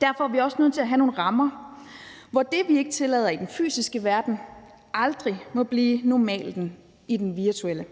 Derfor er vi også nødt til at have nogle rammer, hvor det, vi ikke tillader i den fysiske verden, aldrig må blive normalen i den virtuelle.